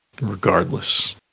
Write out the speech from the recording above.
regardless